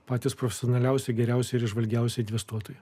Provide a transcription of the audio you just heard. patys profesionaliausi geriausi ir įžvalgiausi investuotojai